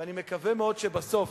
ואני מקווה מאוד שבסוף,